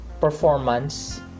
performance